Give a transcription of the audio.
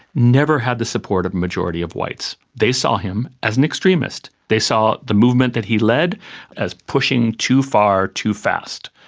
never had the support of the majority of whites. they saw him as an extremist. they saw the movement that he led as pushing too far, too fast.